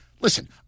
Listen